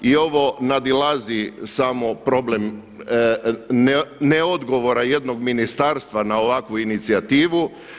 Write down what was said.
I ovo nadilazi samo problem ne odgovora jednog ministarstva na ovakvu inicijativu.